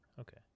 Okay